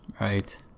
Right